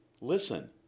Listen